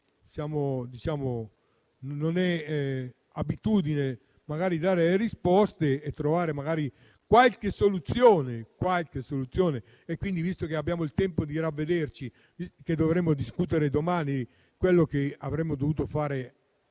non è abitudine dare risposte e trovare magari qualche soluzione. Ma, visto che abbiamo il tempo di ravvederci e che dovremo discutere domani quello che avremmo dovuto fare nei